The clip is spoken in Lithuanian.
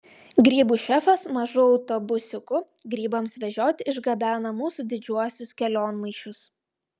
grybų šefas mažu autobusiuku grybams vežioti išgabena mūsų didžiuosius kelionmaišius